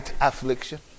affliction